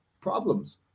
problems